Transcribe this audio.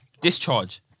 discharge